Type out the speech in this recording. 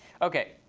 ok,